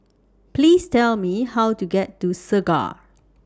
Please Tell Me How to get to Segar